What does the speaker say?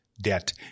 debt